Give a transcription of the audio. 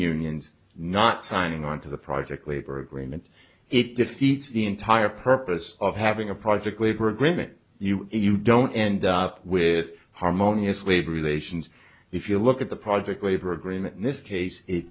unions not signing on to the project labor agreement it defeats the entire purpose of having a project labor agreement you you don't end up with harmonious labor relations if you look at the project labor agreement in this case it